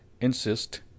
insist